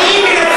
אדוני היושב-ראש,